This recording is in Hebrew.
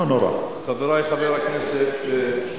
חברי חברי הכנסת,